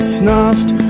snuffed